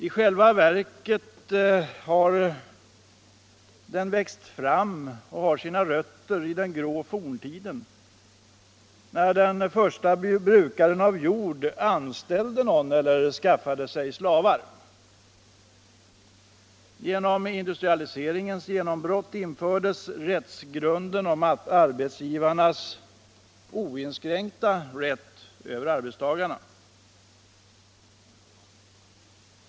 I själva verket har den sina rötter i den grå forntiden när den förste brukaren av jord anställde någon eller skaffade sig slavar. Genom industrialiseringens genombrott infördes rättsgrunden om arbetsgivarens oinskränkta makt över arbetstagarna.